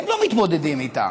והם לא מתמודדים איתה,